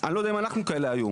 אני לא יודע אם אנחנו כאלה היום,